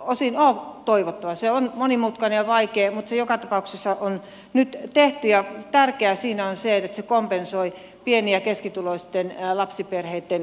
osin ole toivottava se on monimutkainen ja vaikea mutta se joka tapauksessa on nyt tehty ja tärkeää siinä on se että se kompensoi pieni ja keskituloisten lapsiperheitten toimeentuloa